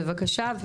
בבקשה,